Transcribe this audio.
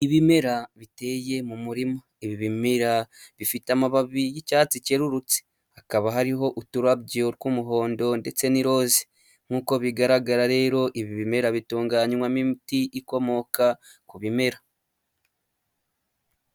Ibimera biteye mu murima, ibi bimera bifite amababi y'icyatsi cyererutse hakaba hariho uturabyo tw'umuhondo ndetse n'iroza, nk'uko bigaragara rero ibi bimera bitunganywamo imiti ikomoka ku bimera.